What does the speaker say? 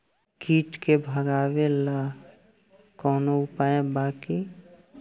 कीट के भगावेला कवनो उपाय बा की?